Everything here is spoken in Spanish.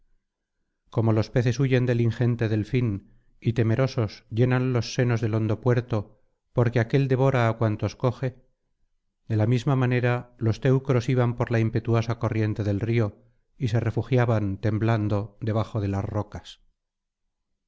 como los peces huyen del ingente delfín y temerosos llenan los senos del hondo puerto porque aquél devora á cuantos coge de la misma manera los teucros iban por la impetuosa corriente del río y se refugiaban temblando debajo de las rocas